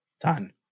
done